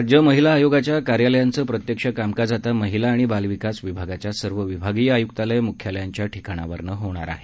राज्य महिला आयोगाच्या कार्यालयांचं प्रत्यक्ष कामकाज आता महिला आणि बालविकास विभागाच्या सर्व विभागीय आयुक्तालय मुख्यालयांच्या ठिकाणांहून होणार आहे